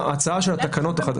המצב.